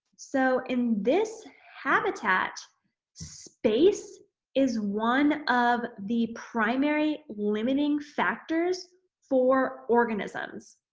so, in this habitat space is one of the primary limiting factors for organisms.